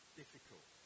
difficult